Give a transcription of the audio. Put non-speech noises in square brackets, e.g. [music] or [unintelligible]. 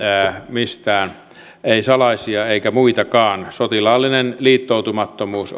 mistään ei salaisia eikä muitakaan sotilaallinen liittoutumattomuus [unintelligible]